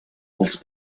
els